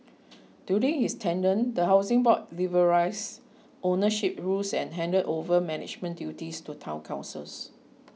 during his tenure the Housing Board liberalised ownership rules and handed over management duties to Town Councils